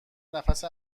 نفس